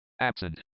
absent